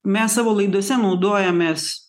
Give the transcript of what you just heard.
mes savo laidose naudojamės